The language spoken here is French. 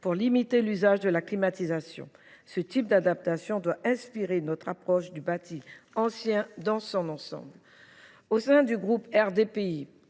pour limiter l’usage de la climatisation. Ce type d’adaptation doit inspirer notre approche du bâti ancien dans son ensemble. Le groupe RDPI